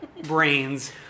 brains